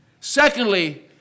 Secondly